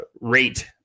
rate